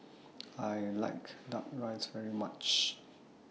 I like Duck Rice very much